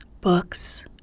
books